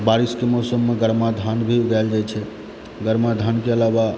बारिशके मौसममे गरमा धान भी उगायल जाइत छै गरमा धानके आलावा